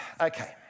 Okay